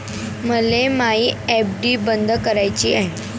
मले मायी एफ.डी बंद कराची हाय